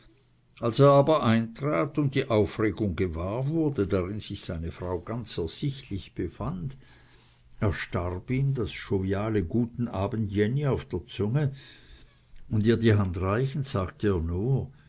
als er aber eintrat und die aufregung gewahr wurde darin sich seine frau ganz ersichtlich befand erstarb ihm das joviale guten abend jenny auf der zunge und ihr die hand reichend sagte er nur